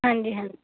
ਹਾਂਜੀ ਹਾਂਜੀ